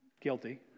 Guilty